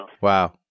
Wow